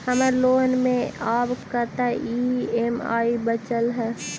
हम्मर लोन मे आब कैत ई.एम.आई बचल ह?